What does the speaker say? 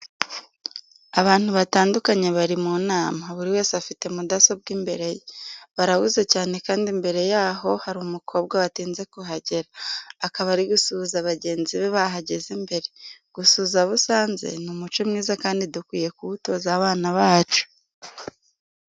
Abantu batandukanye bari mu nama, buri wese afite mudasobwa imbere ye. Barahuze cyane kandi imbere yabo hari umukobwa watinze kuhagera, akaba ari gusuhuza bagenzi be bahageze mbere. Gusuhuza abo usanze ni umuco mwiza kandi dukwiye kuwutoza abana bacu.